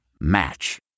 Match